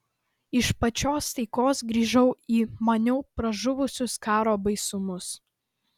iš pačios taikos grįžau į maniau pražuvusius karo baisumus